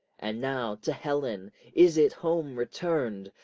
and now to helen is it home return'd,